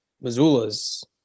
Missoula's